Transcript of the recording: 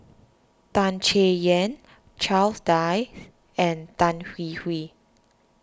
Tan Chay Yan Charles Dyce and Tan Hwee Hwee